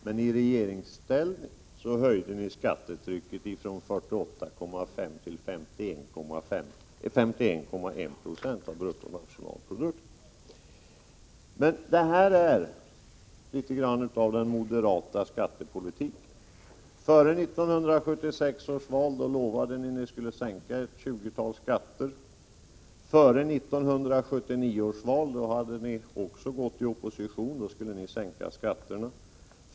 Men i regeringsställning höjde ni skattetrycket från 48,5 9 till 51,1 96 av bruttonationalprodukten. Detta är den moderata skattepolitiken. Före 1976 års val lovade ni att sänka ett tjugotal skatter. Före 1979 års val — då ni hade gått i opposition — skulle ni sänka skatterna.